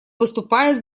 выступает